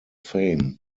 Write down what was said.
fame